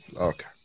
okay